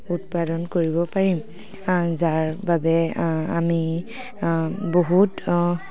উৎপাদন কৰিব পাৰিম যাৰ বাবে আমি বহুত